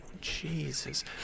Jesus